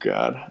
God